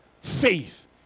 faith